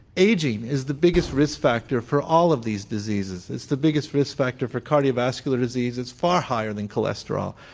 aging is the biggest risk factor for all of these diseases. it's the biggest risk factor for cardiovascular disease, it's far higher than cholesterol,